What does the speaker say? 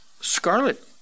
Scarlet